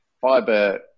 fiber